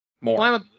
More